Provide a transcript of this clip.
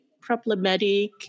problematic